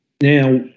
Now